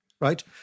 right